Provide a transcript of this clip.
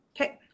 Okay